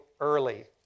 early